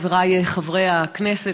חבריי חברי הכנסת,